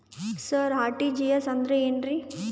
ಸರ RTGS ಅಂದ್ರ ಏನ್ರೀ?